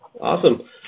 Awesome